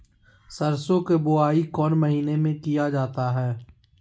सरसो की बोआई कौन महीने में किया जाता है?